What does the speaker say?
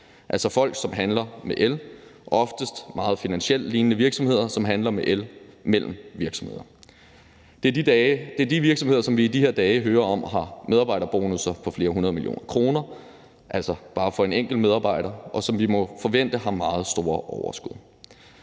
altså folk, som handler med el, og oftest er det især finansielt lignende virksomheder, som handler med el mellem virksomheder. Det er de virksomheder, som vi i de her dage hører om har medarbejderbonusser på flere hundrede millioner kroner, altså bare for en enkelt medarbejder, og som vi må forvente har meget store overskud.